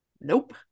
Nope